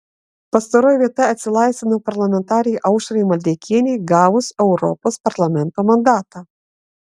pastaroji vieta atsilaisvino parlamentarei aušrai maldeikienei gavus europos parlamento mandatą